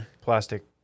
plastic